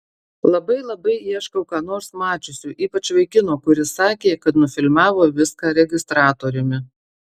labai labai ieškau ką nors mačiusių ypač vaikino kuris sakė kad nufilmavo viską registratoriumi